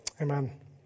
amen